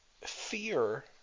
fear